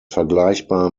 vergleichbar